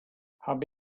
habe